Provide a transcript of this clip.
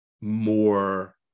more